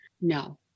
no